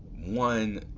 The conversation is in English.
One